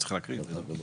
צריך להקריא את זה.